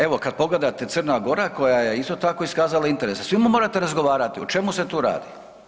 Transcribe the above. Evo kad pogledate Crna Gora koja je isto tako iskazala interese, sa svima morate razgovarati o čemu se tu radi.